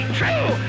true